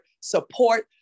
support